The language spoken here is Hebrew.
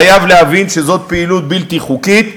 חייב להבין שזו פעילות בלתי חוקית.